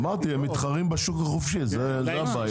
אמרתי, הם מתחרים בשוק החופשי, זו הבעיה.